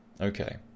Okay